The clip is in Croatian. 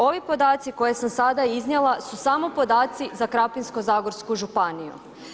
Ovi podaci koje sam sada iznijela su samo podaci za Krapinsko-zagorsku županiju.